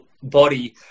body